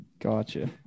Gotcha